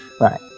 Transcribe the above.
right